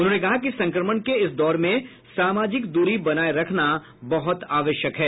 उन्होंने कहा कि संक्रमण के इस दौर में सामाजिक द्री बनाये रखना बहुत आवश्यक है